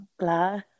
la